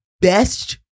best